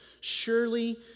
Surely